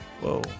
Whoa